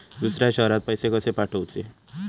दुसऱ्या शहरात पैसे कसे पाठवूचे?